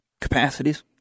capacities